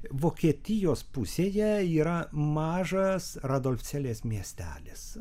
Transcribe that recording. vokietijos pusėje yra mažas radolfcelės miestelis